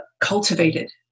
cultivated